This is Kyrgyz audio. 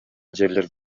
жерлер